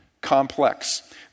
complex